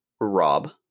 Rob